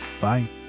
Bye